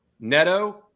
Neto